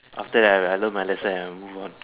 after that I learn my lesson and move on